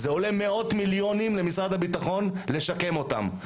זה עולה מאות מיליונים למשרד הביטחון לשקם אותם.